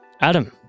Adam